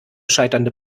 scheiternde